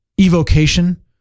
evocation